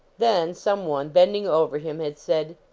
then, someone, bending over him, had said,